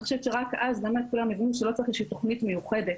אני חושבת שרק אז באמת כולם יבינו שלא צריך איזושהי תוכנית מיוחדת.